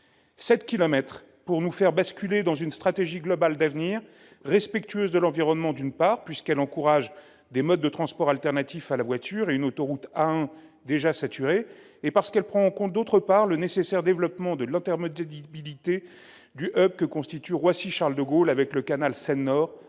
pour nous faire basculer dans une stratégie globale d'avenir, respectueuse de l'environnement, d'une part, puisqu'elle encourage des modes de transports alternatifs à la voiture et à une autoroute A1 déjà saturée, d'autre part, parce qu'elle prend en compte le nécessaire développement de l'intermodalité du hub que constitue Roissy-Charles-de-Gaulle avec le canal Seine-Nord,